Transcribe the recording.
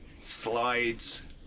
slides